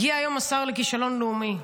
הגיע היום השר לכישלון לאומי,